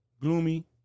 gloomy